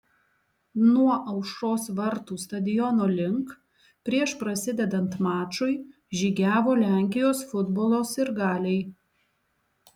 nuo aušros vartų stadiono link prieš prasidedant mačui žygiavo lenkijos futbolo sirgaliai